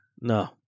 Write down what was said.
no